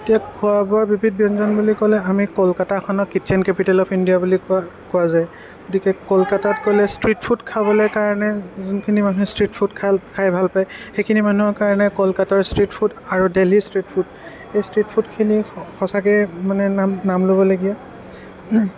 এতিয়ী খোৱা বোৱা বিবিধ ব্যঞ্জন বুলি ক'লে আমি কলকাতাখনক কিটচেন কেপিটেল অফ ইণ্ডিয়া বুলি কোৱা কোৱা যায় গতিকে কলকাতাত গ'লে ষ্ট্ৰিট ফুড খাবলৈ কাৰণে যোনখিনি মানুহে ষ্ট্ৰিট ফুড খা খাই ভাল পায় সেইখিনি মানুহৰ কাৰণে কলকাতাৰ ষ্ট্ৰিট ফুড আৰু দিল্লীৰ ষ্ট্ৰিট ফুড এই ষ্ট্ৰিট ফুডখিনি সঁচাকেই মানে নাম নাম ল'বলগীয়া